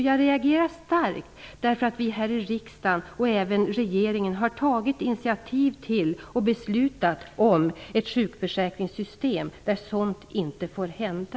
Jag reagerar starkt därför att vi här i riksdagen och även regeringen har tagit initiativ till och beslutat om ett sjukförsäkringssystem där sådant inte får hända.